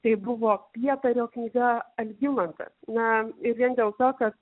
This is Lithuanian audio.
tai buvo pietario knyga algimantas na ir vien dėl to kad